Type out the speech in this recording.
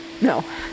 No